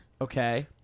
Okay